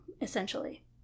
essentially